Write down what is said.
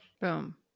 boom